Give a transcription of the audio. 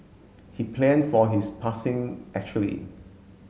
he planned for his passing actually